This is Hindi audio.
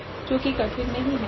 जो की कठिन नहीं है